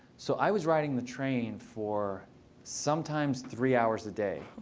so i was riding the train for sometimes three hours a day,